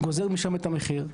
גוזר משם את המחיר,